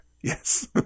Yes